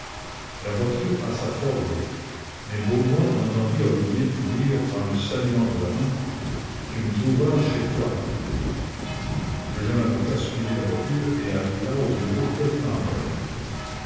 la voiture passa fort vite mais baudouin entendit olivier lui dire en le saluant de la main tu me trouveras chez toi le jeune avocat suivit la voiture et arriva au bureau peu de temps après